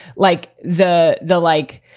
like the the like,